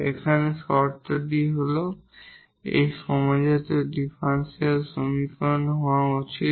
এখানে শর্ত হল এটি সমজাতীয় ডিফারেনশিয়াল সমীকরণ হওয়া উচিত